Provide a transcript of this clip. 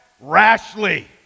rashly